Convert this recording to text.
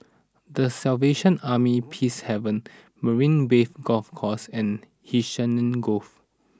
The Salvation Army Peacehaven Marina Bay Golf Course and Hacienda Grove